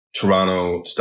Toronto